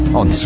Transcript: on